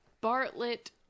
Bartlett